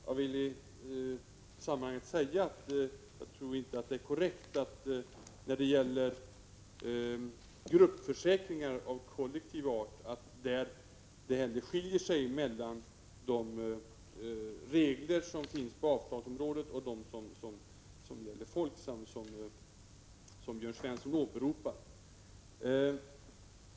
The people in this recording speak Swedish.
Jag vill i sammanhanget framhålla att jag inte tror att det är korrekt att säga att det när det gäller gruppförsäkringar av kollektiv art är någon skillnad mellan de regler som finns inom avtalsområdet och de regler som gäller Folksam, som Jörn Svensson åberopade.